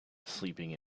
sleeping